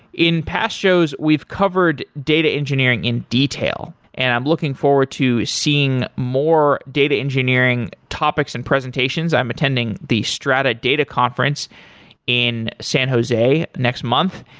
in past shows, we've covered data engineering in detail, and i'm looking forward to seeing more data engineering topics and presentations. i'm attending the strata data conference in san jose next month.